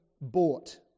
bought